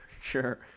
sure